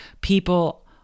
People